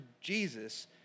Jesus